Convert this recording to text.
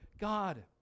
God